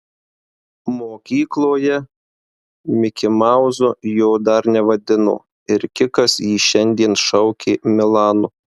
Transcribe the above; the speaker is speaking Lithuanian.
mokykloje mikimauzu jo dar nevadino ir kikas jį šiandien šaukė milanu